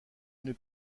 une